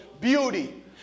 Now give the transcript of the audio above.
beauty